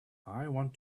want